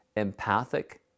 Empathic